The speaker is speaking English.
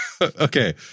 Okay